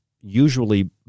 usually